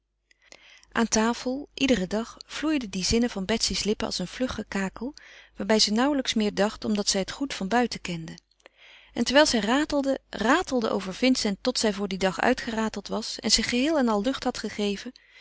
aan tafel iederen dag vloeiden die zinnen van betsy's lippen als een vlug gekakel waarbij ze nauwelijks meer dacht omdat zij het goed van buiten kende en terwijl zij ratelde ratelde over vincent tot zij voor dien dag uitgerateld was en zich geheel en al lucht had gegeven